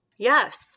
Yes